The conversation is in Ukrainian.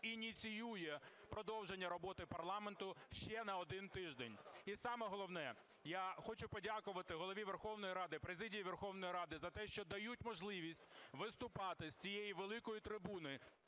ініціює продовження роботи парламенту ще на один тиждень. І, саме головне, я хочу подякувати Голові Верховної Ради, президії Верховної Ради за те, що дають можливість виступати з цієї великої трибуни